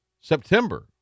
September